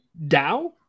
DAO